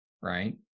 right